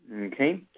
Okay